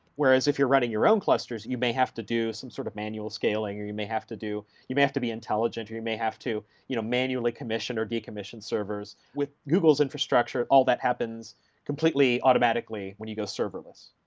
whereas if you're running your own clusters, you may have to do some sort of manual scaling or you may have to do you have to be intelligent or you may have to you know manually commission or decommission server. with google's infrastructure, all that happens completely automatically when you go serverless.